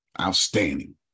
Outstanding